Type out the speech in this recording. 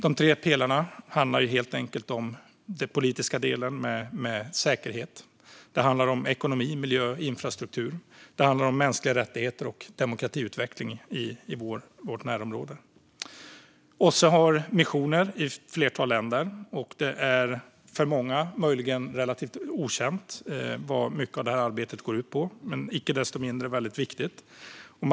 De tre pelarna handlar helt enkelt om den politiska delen med säkerhet. Det handlar om ekonomi, miljö och infrastruktur. Och det handlar om mänskliga rättigheter och demokratiutveckling i vårt närområde. OSSE har missioner i ett flertal länder. Det är för många möjligen relativt okänt vad mycket av detta arbete går ut på. Men icke desto mindre är det väldigt viktigt.